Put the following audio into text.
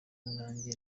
nanjye